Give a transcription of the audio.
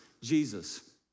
Jesus